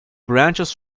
branches